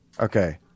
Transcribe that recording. Okay